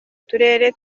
turere